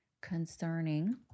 concerning